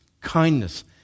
kindness